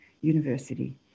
University